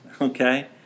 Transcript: okay